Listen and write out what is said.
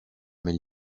mais